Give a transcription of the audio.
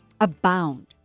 abound